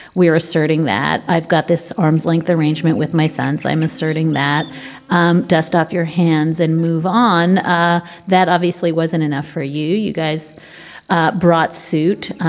we are asserting that i've got this arm's length arrangement with my sons. i'm asserting that um dust off your hands and move on. ah that obviously wasn't enough for you. you guys ah brought suit